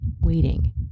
waiting